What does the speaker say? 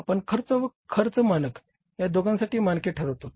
आपण खर्च व खर्च मानक या दोघांसाठी मानके ठरवतोत